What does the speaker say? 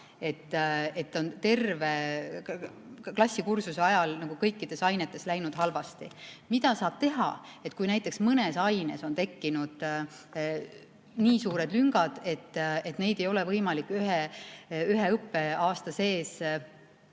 et on terve klassikursuse ajal kõikides ainetes läinud halvasti. Mida saab teha? Kui näiteks mõnes aines on tekkinud nii suured lüngad, et neid ei ole võimalik ühe õppeaasta sees täita,